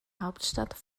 hauptstadt